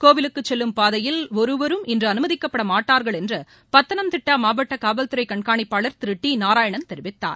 கோவிலுக்கு செல்லும் பாதையில் ஒருவரும் இன்று அனுமதிக்கப்பட மாட்டார்கள் என்று பதனம்திட்டா மாவட்ட காவல்துறை கண்காணிப்பாளர் திரு டி நாராயணன் தெரிவித்தார்